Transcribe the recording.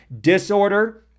Disorder